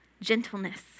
gentleness